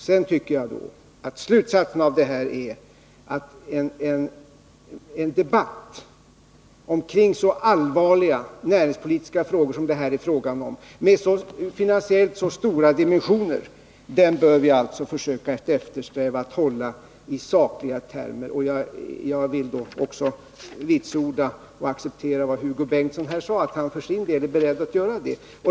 Sedan tycker jag att slutsatsen av detta är att en debatt omkring så allvarliga näringspolitiska frågor som det här rör sig om, med finansiellt så stora dimensioner, bör vi försöka eftersträva att hålla i sakliga termer. Jag vill också vitsorda och acceptera vad Hugo Bengtsson sade, att han är beredd att för sin del göra det.